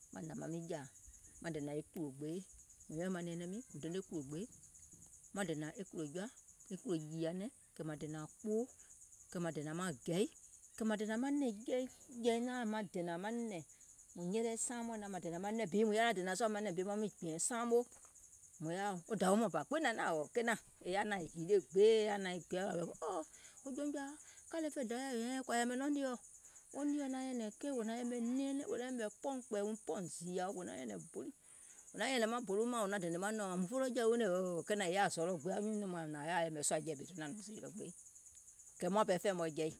mùŋ nyɛlɛ saaŋ mɔɛ̀ŋ naȧŋ maŋ dènȧŋ manɛ̀ŋ bi, mùŋ yaȧ naȧŋ dènȧŋ sùȧ manɛ̀ŋ bi maŋ miŋ gbìȧŋ saaŋ moo mȧŋ yaȧa, wo dȧwi mɔɔ̀ŋ bȧ gbiŋ hnȧŋ naȧŋ kenȧŋ, è yaȧ naȧŋ yìle gbee è yaȧ naȧŋ zɔlɔ̀ kɛ̀ muȧŋ pɛɛ fɛɛ̀ mɔ̀ɛ̀ jɛi,